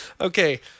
Okay